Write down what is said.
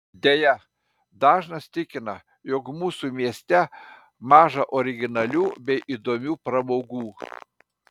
deja dažnas tikina jog mūsų mieste maža originalių bei įdomių pramogų